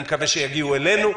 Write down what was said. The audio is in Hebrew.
אני מקווה שיגיעו אלינו.